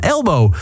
Elbow